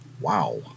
Wow